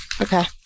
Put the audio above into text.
Okay